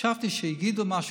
חשבתי שיגידו משהו,